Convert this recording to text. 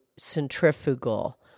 Centrifugal